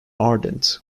ardent